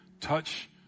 touch